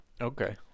Okay